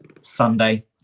Sunday